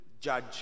judge